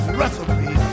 recipe